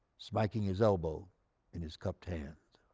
smacking his elbow in his cupped hands.